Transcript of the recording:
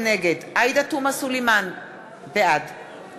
נגד עאידה תומא סלימאן, בעד